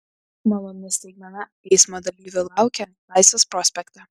maloni staigmena eismo dalyvių laukia laisvės prospekte